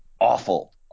awful